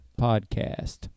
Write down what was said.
Podcast